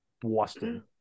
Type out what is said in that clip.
Boston